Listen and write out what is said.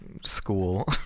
school